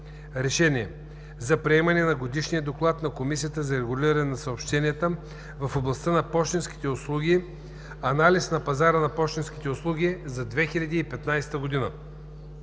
РЕШЕНИЕ за приемане на Годишния доклад на Комисията за регулиране на съобщенията в областта на пощенските услуги – „Анализ на пазара на пощенските услуги за 2015 г.”